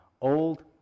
old